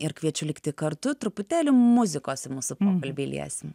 ir kviečiu likti kartu truputėlį muzikos į mūsų pokalbį įliesim